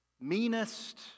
meanest